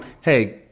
hey